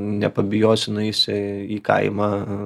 nepabijosi nueisi į kaimą